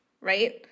right